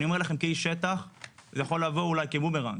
אני אומר לכם כאיש שטח זה יכול לבוא אולי כבומרנג.